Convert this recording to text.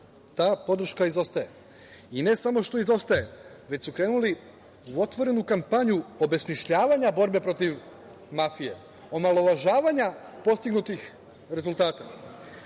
ta podrška izostaje, i ne samo što izostaje, već su krenuli u otvorenu kampanju obesmišljavanja borbe protiv mafije, omalovažavanja postignutih rezultata,